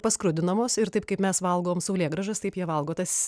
paskrudinamos ir taip kaip mes valgom saulėgrąžas taip jie valgo tas